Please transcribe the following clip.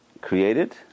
created